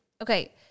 Okay